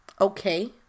okay